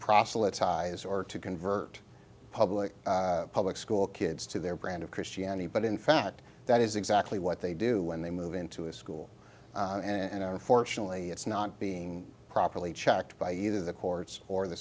proselytize or to convert public public school kids to their brand of christianity but in fact that is exactly what they do when they move into a school and unfortunately it's not being properly checked by either the courts or the